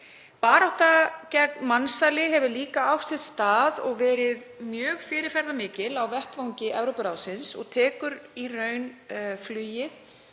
Barátta gegn mansali hefur líka átt sér stað og verið mjög fyrirferðarmikil á vettvangi Evrópuráðsins og tekur í raun flugið